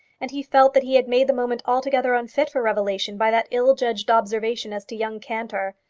and he felt that he had made the moment altogether unfit for revelation by that ill-judged observation as to young cantor.